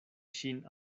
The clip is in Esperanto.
ŝin